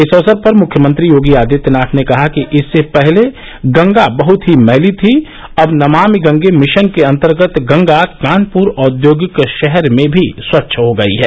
इस अवसर पर मुख्यमंत्री योगी आदित्यनाथ ने कहा कि इससे पहले गंगा बहुत ही मैली थी अब नमामि गंगे मिशन के अंतर्गत गंगा कानपुर औद्योगिक शहर में भी स्वच्छ हो गई है